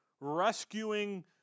rescuing